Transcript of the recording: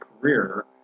career